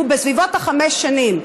היא בסביבות חמש שנים.